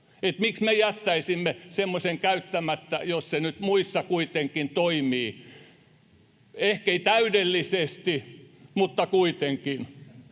Miksi me jättäisimme semmoisen käyttämättä, jos se nyt muissa kuitenkin toimii — ehkei täydellisesti, mutta kuitenkin?